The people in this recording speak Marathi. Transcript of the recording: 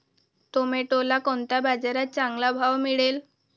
टोमॅटोला कोणत्या बाजारात चांगला भाव मिळेल?